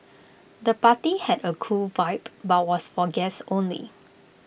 the party had A cool vibe but was for guests only